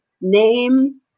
names